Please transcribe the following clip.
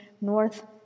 North